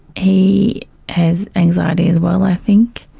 he has anxiety as well i think.